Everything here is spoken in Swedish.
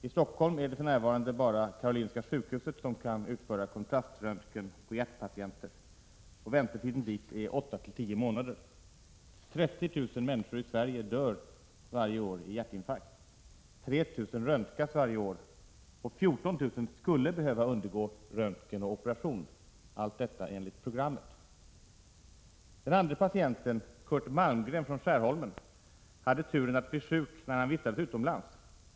I Stockholm är det för närvarande bara Karolinska sjukhuset som kan utföra kontraströntgen på hjärtpatienter, och väntetiden dit är åtta-tio månader. 30 000 människor i Sverige dör varje år i hjärtinfarkt. 3 000 röntgas varje år, men 14 000 skulle behöva undergå röntgen och operation. Allt detta enligt programmet. Den andre patienten, Kurt Malmgren från Skärholmen, hade turen att bli sjuk när han vistades utomlands.